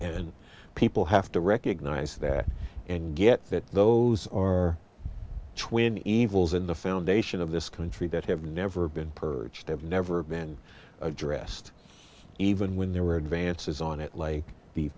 and people have to recognize that and get that those are twin evils in the foundation of this country that have never been purged have never been addressed even when there were advances on it like the